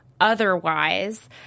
otherwise